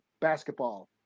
basketball